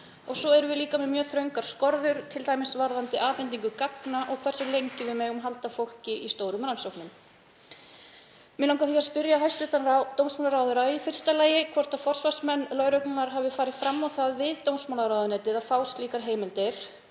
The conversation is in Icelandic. og svo erum við líka með mjög þröngar skorður til dæmis varðandi afhendingu gagna og hversu lengi við megum halda fólki í stórum rannsóknum.“ Mig langar því að spyrja hæstv. dómsmálaráðherra í fyrsta lagi hvort forsvarsmenn lögreglunnar hafi farið fram á það við dómsmálaráðuneytið að fá slíkar heimildir,